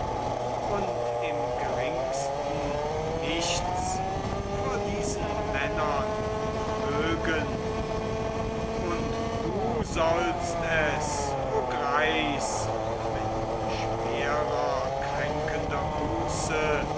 und im geringsten nichts vor diesen männern vermögen und du sollst es o greis mit schwerer kränkender buße